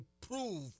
prove